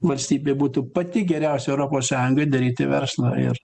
valstybė būtų pati geriausia europos sąjungoj daryti verslą ir